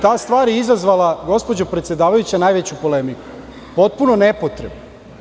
Ta stvar je izazvala, gospođo predsedavajuća, najveću polemiku, potpuno nepotrebno.